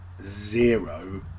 zero